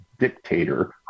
dictator